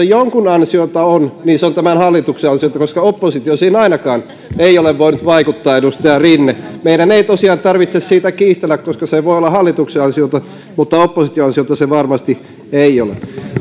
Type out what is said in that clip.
jonkun ansiota on niin se on tämän hallituksen ansiota koska oppositio siihen ainakaan ei ole voinut vaikuttaa edustaja rinne meidän ei tosiaan tarvitse siitä kiistellä koska se voi olla hallituksen ansiota mutta opposition ansiota se varmasti ei ole